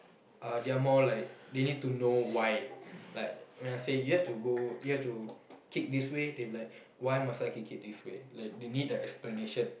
uh they are more like they need to know why like when I say you have to go you have to kick this way they will like why must I kick it this way like they need the explanation